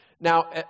Now